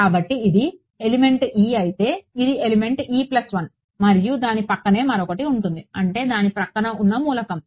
కాబట్టి ఇది element e అయితే ఇది ఎలిమెంట్ e ప్లస్ 1 మరియు దాని ప్రక్కనే మరొకటి ఉంటుంది అంటే దాని ప్రక్కన ఉన్న మూలకం